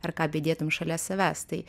ar ką bedėtumei šalia savęs tai